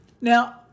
Now